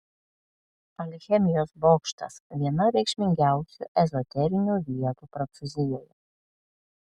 alchemijos bokštas viena reikšmingiausių ezoterinių vietų prancūzijoje